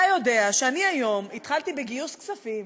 אתה יודע שאני היום התחלתי בגיוס כספים